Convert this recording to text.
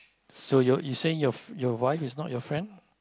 so you're you saying your wife is not your friend